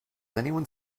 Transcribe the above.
anyone